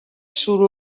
sud